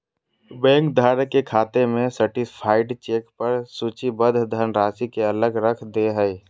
bank धारक के खाते में सर्टीफाइड चेक पर सूचीबद्ध धनराशि के अलग रख दे हइ